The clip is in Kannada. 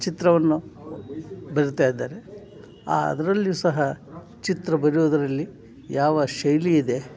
ಚಿತ್ರವನ್ನು ಬರಿತಾಯಿದ್ದಾರೆ ಆ ಅದ್ರಲ್ಯೂ ಸಹ ಚಿತ್ರ ಬರೆಯೋದ್ರಲ್ಲಿ ಯಾವ ಶೈಲಿ ಇದೆ